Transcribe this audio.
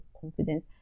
confidence